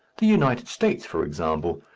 the united states, for example,